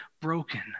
broken